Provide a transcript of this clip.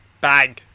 Bang